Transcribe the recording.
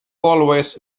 always